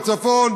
בצפון,